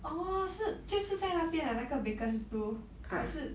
orh 是就是在那边的那个 baker's brew 还是